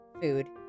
food